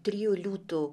trijų liūtų